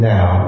Now